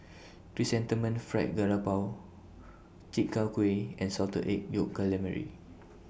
Chrysanthemum Fried Garoupa Chi Kak Kuih and Salted Egg Yolk Calamari